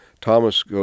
thomas